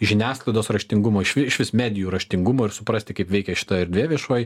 žiniasklaidos raštingumo išvi išvis medijų raštingumo ir suprasti kaip veikia šita erdvė viešoji